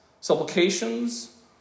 supplications